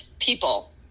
people